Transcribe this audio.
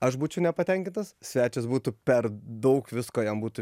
aš būčiau nepatenkintas svečias būtų per daug visko jam būtų